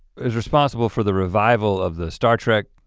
is responsible for the revival of the star trek